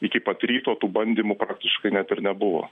iki pat ryto tų bandymų praktiškai net ir nebuvo